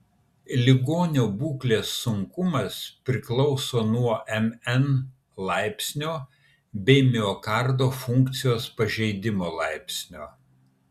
ligonių būklės sunkumas priklauso nuo mn laipsnio bei miokardo funkcijos pažeidimo laipsnio